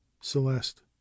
celeste